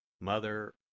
Mother